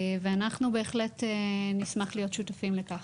ואנחנו בהחלט נשמח להיות שותפים לכך.